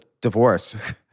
divorce